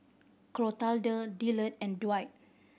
Clotilde Dillard and Dwight